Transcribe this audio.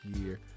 year